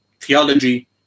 theology